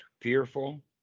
fearful